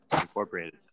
Incorporated